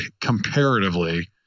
comparatively